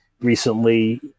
recently